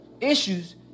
issues